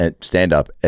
stand-up